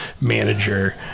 manager